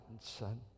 Son